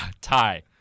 Tie